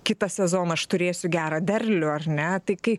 kitą sezoną aš turėsiu gerą derlių ar ne tai kai